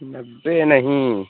نبّے نہیں